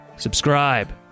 Subscribe